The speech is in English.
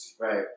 Right